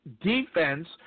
defense